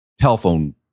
telephone